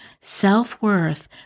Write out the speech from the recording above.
self-worth